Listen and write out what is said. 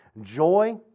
Joy